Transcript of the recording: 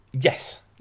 Yes